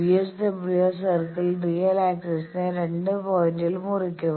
VSWR circle real ആക്സിസ്നെ 2 പോയിന്റിൽ മുറിക്കും